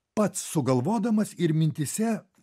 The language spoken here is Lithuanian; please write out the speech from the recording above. pats sugalvodamas ir mintyse